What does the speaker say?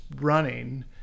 running